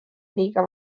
liiga